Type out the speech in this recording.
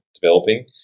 developing